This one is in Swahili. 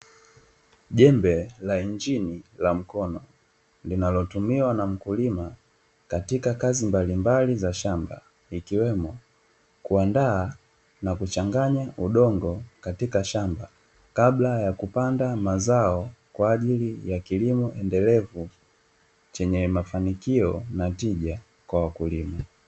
Jembe la injini la mkono linalotumiwa na mkulima katika kazi mbalimbali za shamba; ikiwemo kuandaa, na kuchanganya udongo katika shamba kabla ya kupanda mazao kwa ajili ya kilimo endelevu, chenye mafanikio na tija kwa wakulima.